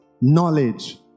knowledge